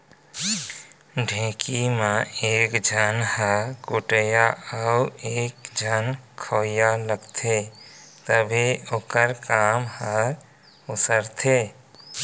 ढेंकी म एक झन ह कुटइया अउ एक झन खोवइया लागथे तभे ओखर काम हर उसरथे